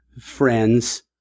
friends